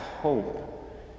hope